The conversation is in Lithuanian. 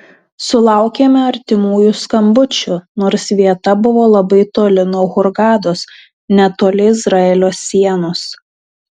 sulaukėme artimųjų skambučių nors vieta buvo labai toli nuo hurgados netoli izraelio sienos